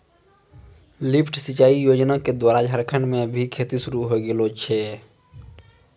lift सिंचाई योजना क द्वारा झारखंड म भी खेती शुरू होय गेलो छै